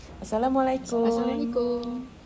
Assalamualaikum